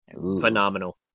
phenomenal